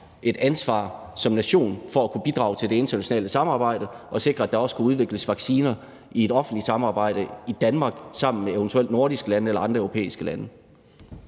et ansvar som nation for at kunne bidrage til det internationale samarbejde og sikre, at der kan udvikles vacciner i et offentligt samarbejde i Danmark sammen med eventuelt nordiske lande eller andre europæiske lande.